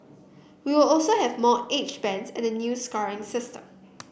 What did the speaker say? we will also have more age bands and a new scoring system